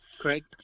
Craig